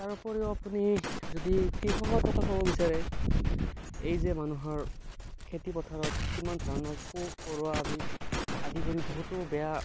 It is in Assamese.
তাৰ উপৰিও যদি আপুনি কৃষকৰ কথা ক'ব বিচাৰে এই যে মানুহৰ খেতি পথাৰত কিমান ধৰণৰ পোক পৰুৱা আদি আদি কৰি বহুতো বেয়া